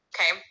Okay